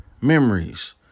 memories